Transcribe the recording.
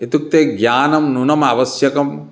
इत्युक्ते ज्ञानं नूनमावश्यकम्